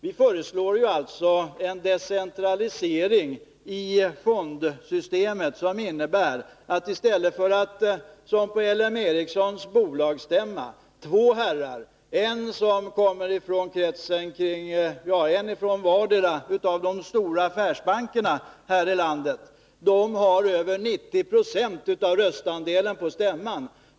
Vi föreslår en decentralisering av fondsystemet. Det skall inte vara som på L M Ericssons bolagsstämma att två herrar — en från var och en av de stora affärsbankerna här i landet — har över 90 96 av röstandelarna på stämman.